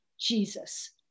Jesus